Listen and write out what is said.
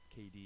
KD